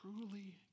truly